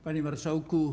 Panie Marszałku!